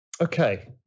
Okay